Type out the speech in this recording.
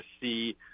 see